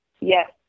Yes